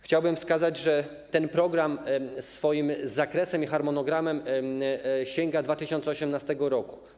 Chciałbym wskazać, że ten program swoim zakresem i harmonogramem sięga 2018 r.